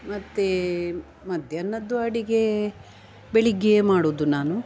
ಮತ್ತು ಮಧ್ಯಾಹ್ನದ್ದು ಅಡುಗೆ ಬೆಳಗ್ಗೆಯೇ ಮಾಡುವುದು ನಾನು